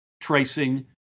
tracing